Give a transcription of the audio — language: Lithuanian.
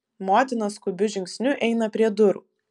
motina skubiu žingsniu eina prie durų